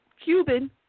Cuban